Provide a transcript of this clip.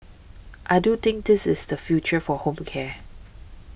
I do think this is the future for home care